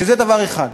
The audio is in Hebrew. זה דבר אחד.